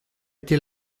été